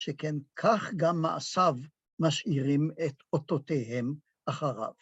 שכן כך גם מעשיו משאירים את אותותיהם אחריו.